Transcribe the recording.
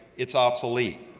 it's obsolete.